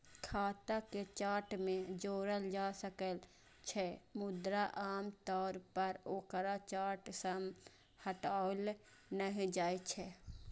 खाता कें चार्ट मे जोड़ल जा सकै छै, मुदा आम तौर पर ओकरा चार्ट सं हटाओल नहि जाइ छै